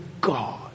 God